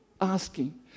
Asking